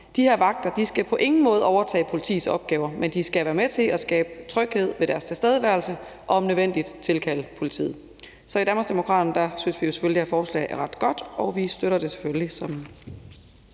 De her vagter skal på ingen måde overtage politiets opgaver, men de skal være med til at skabe tryghed ved deres tilstedeværelse og om nødvendigt tilkalde politiet. Så i Danmarksdemokraterne synes vi jo selvfølgelig, det her forslag er ret godt, og vi støtter det selvfølgelig.